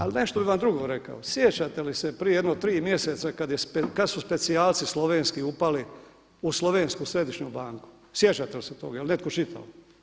Ali nešto bih vam drugo rekao, sjećate li se prije jedno tri mjeseca kada su specijalci slovenski upali u Slovensku središnju banku, sjećate li se toga, jel netko čitao?